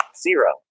zero